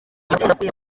ashinzwe